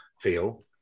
feel